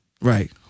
Right